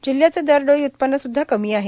जिल्ह्याचे दरडोई उत्पन्न सुध्दा कमी आहे